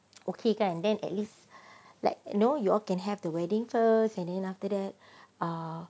okay kan then at least like you know you all can have the wedding first and then after that ah